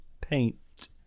paint